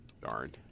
Darn